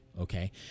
Okay